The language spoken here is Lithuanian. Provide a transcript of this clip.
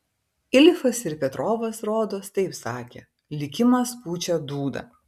ilfas ir petrovas rodos taip sakė likimas pučia dūdą